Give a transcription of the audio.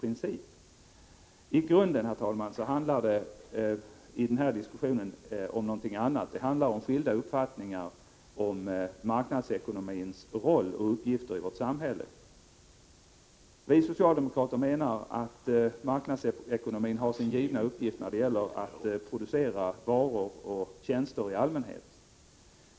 I grunden handlar det, Kerr talman, i den här diskussionen om någonting annat; det handlar om skilda uppfattningar om marknadsekonomins roll och uppgifter i vårt samhälle. Vi socialdemokrater menar att marknadsekonomin har sin givna uppgift när det gäller att producera varor och tjänster i allmänhet.